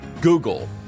Google